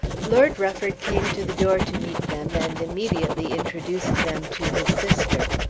lord rufford came to the door to meet them and immediately introduced them to his sister.